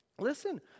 Listen